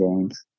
Games